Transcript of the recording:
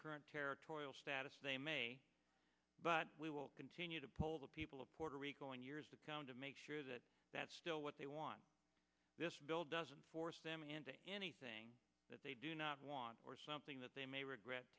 current territorial status but we will continue to poll the people of puerto rico in years to come to make sure that that's still what they want this bill doesn't force them into anything that they do not want or something that they may regret